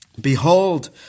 Behold